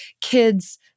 kids-